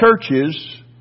churches